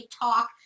talk